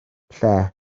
lle